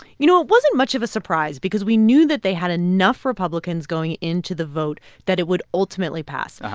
you know, it wasn't much of a surprise because we knew that they had enough republicans going into the vote that it would ultimately pass.